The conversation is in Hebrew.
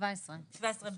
הנושא הזה